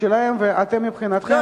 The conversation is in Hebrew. ואתם מבחינתכם,